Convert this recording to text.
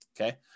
Okay